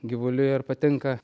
gyvuliui ar patinka